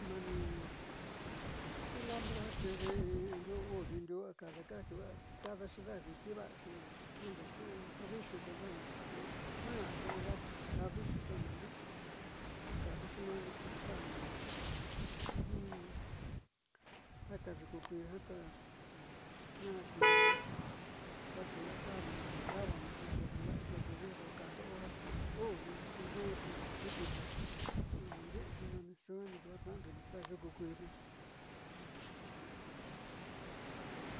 Nani cilantro jiaa xidi diuu uu ni ndiuu a kadaka ja kiiva'a kadaxi daadi chiivaaxi nuun de'eku ja viixi kuendana nuu ña'a yaachi kaaduxi xiakadaxi ja kaaduxi duaani tiuku ja nani taka yuku kuii ta jiaa kuxi vaxi ja nani rabano ja kodi la'aka uu nin diuu te ni xi'itaxi ja naandi'ixi suaani tna'ando ndii yuku ku'ui jiaa.